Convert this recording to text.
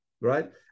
right